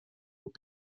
aux